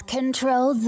Control